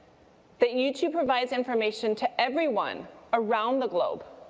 that youtube provides information to everyone around the globe.